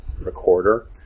recorder